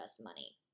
money